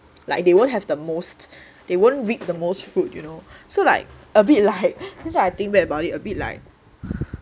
like they won't have the most they won't reap the most fruit you know so like a bit like cause like I think back about it a bit like